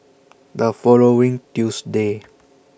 The following Tuesday